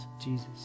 Jesus